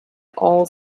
all